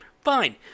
Fine